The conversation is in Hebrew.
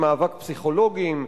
מאבק פסיכולוגים,